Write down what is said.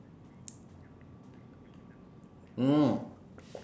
oh